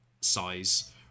size